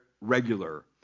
regular